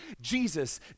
Jesus